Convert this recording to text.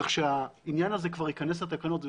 כך שהעניין הזה כבר ייכנס לתקנות.